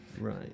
Right